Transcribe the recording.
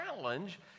challenge